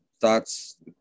thoughts